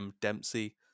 Dempsey